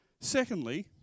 Secondly